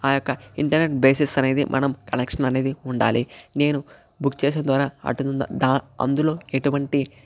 ఆ యొక్క internet basics అనేది మనం కలెక్షన్ అనేది ఉండాలి నేను బుక్ చేసిన ద్వారా అటు దాన్ని అందులో ఎటువంటి